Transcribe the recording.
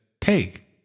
Take